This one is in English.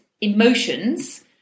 emotions